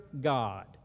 God